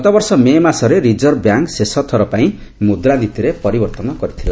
ଗତବର୍ଷ ମେ ମାସରେ Reserve Bank ଶେଷ ଥର ପାଇଁ ମୁଦ୍ରାନୀତିରେ ପରିବର୍ତ୍ତନ କରିଥିଲା